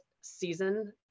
season